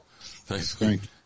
Thanks